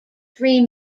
three